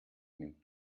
einem